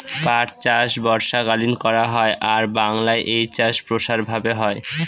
পাট চাষ বর্ষাকালীন করা হয় আর বাংলায় এই চাষ প্রসার ভাবে হয়